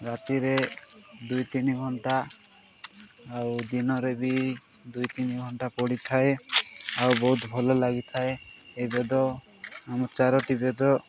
ରାତିରେ ଦୁଇ ତିନି ଘଣ୍ଟା ଆଉ ଦିନରେ ବି ଦୁଇ ତିନି ଘଣ୍ଟା ପଢ଼ିଥାଏ ଆଉ ବହୁତ ଭଲ ଲାଗିଥାଏ ଏ ବେଦ ଆମ ଚାରୋଟିି ବେଦ